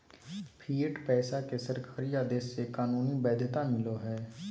fiat पैसा के सरकारी आदेश से कानूनी वैध्यता मिलो हय